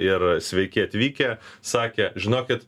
ir sveiki atvykę sakė žinokit